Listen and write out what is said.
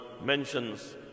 mentions